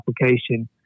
application